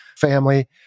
family